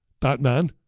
Batman